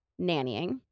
nannying